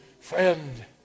friend